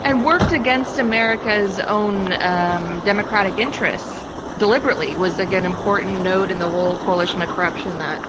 and worked against america's own um democratic interests deliberately, was like an important node in the whole coalition of corruption that